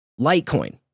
Litecoin